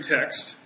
text